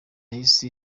yahise